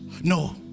No